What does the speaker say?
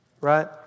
right